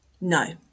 No